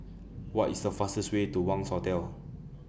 What IS The fastest Way to Wangz Hotel